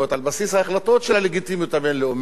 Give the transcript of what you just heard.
על בסיס ההחלטות של הלגיטימיות הבין-לאומית,